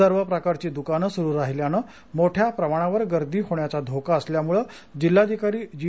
सर्व प्रकारची दुकाने सुरू राहील्याने मोठया प्रमाणावर गर्दी होण्याचा धोका असल्यामुळे जिल्हाधिकारी जी